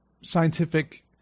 scientific